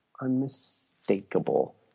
Unmistakable